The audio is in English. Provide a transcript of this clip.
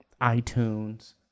iTunes